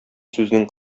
сүзнең